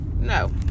No